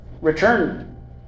return